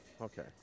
Okay